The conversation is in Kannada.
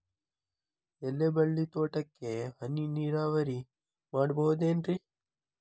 ಎಲೆಬಳ್ಳಿ ತೋಟಕ್ಕೆ ಹನಿ ನೇರಾವರಿ ಮಾಡಬಹುದೇನ್ ರಿ?